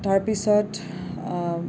তাৰপিছত